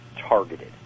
targeted